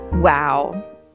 Wow